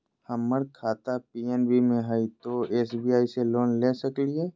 हमर खाता पी.एन.बी मे हय, तो एस.बी.आई से लोन ले सकलिए?